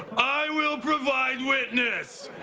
i will provide witness.